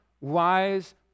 wise